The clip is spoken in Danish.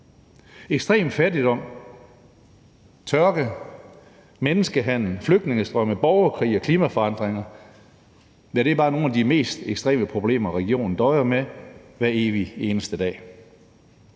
Ekstrem fattigdom, tørke, menneskehandel, flygtningestrømme, borgerkrige og klimaforandringer er bare nogle af de mest ekstreme problemer, regionen døjer med hver evig eneste dag,